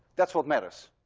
that's what matters.